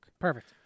Perfect